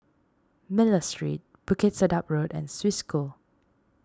Miller Street Bukit Sedap Road and Swiss School